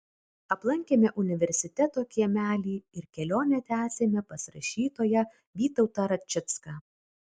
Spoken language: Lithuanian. aplankėme universiteto kiemelį ir kelionę tęsėme pas rašytoją vytautą račicką